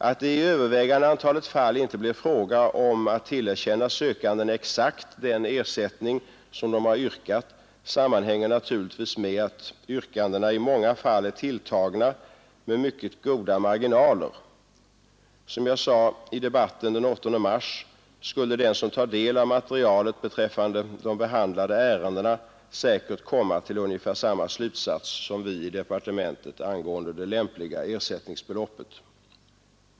Att det i övervägande antalet fall inte blir fråga om att tillerkänna sökandena exakt den ersättning de yrkat sammanhänger naturligtvis med att yrkandena i många fall är tilltagna med mycket goda marginaler. Som jag sade i debatten den 8 mars skulle den som tar del av materialet beträffande de behandlade ärendena säkert komma till ungefär samma slutsats som vi i departementet angående det lämpliga ersättningsbeloppet.